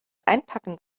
einpacken